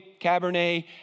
Cabernet